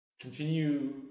continue